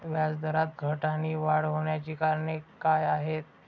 व्याजदरात घट आणि वाढ होण्याची कारणे काय आहेत?